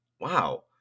wow